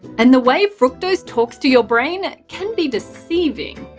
and the way fructose talks to your brain can be deceiving.